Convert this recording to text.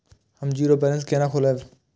हम zero balance केना खोलैब?